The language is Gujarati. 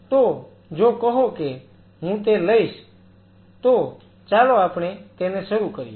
તો જો કહો કે હું તે લઈશ તો ચાલો આપણે તેને શરૂ કરીએ